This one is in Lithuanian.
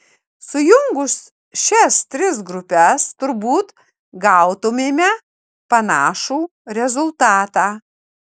sujungus šias tris grupes turbūt gautumėme panašų rezultatą